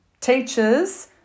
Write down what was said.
Teachers